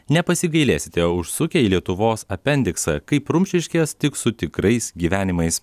nepasigailėsite užsukę į lietuvos apendiksą kaip rumšiškės tik su tikrais gyvenimais